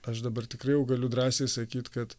aš dabar tikrai jau galiu drąsiai sakyt kad